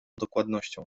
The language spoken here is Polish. dokładnością